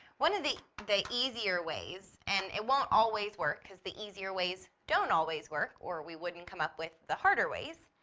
one of the the easier ways, and it won't always work because the easier ways don't always work or we wouldn't come up with the harder ways.